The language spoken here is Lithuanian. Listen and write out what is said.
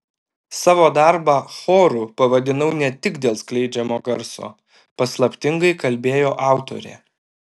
savo darbą choru pavadinau ne tik dėl skleidžiamo garso paslaptingai kalbėjo autorė